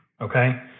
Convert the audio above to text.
Okay